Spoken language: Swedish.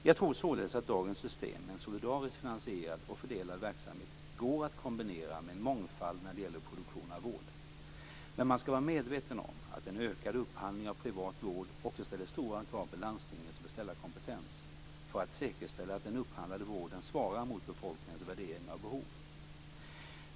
Jag tror således att dagens system med en solidariskt finansierad och fördelad verksamhet går att kombinera med en mångfald när det gäller produktion av vård. Men man skall vara medveten om att en ökad upphandling av privat vård också ställer stora krav på landstingens beställarkompetens, för att säkerställa att den upphandlade vården svarar mot befolkningens värderingar och behov.